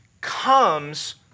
comes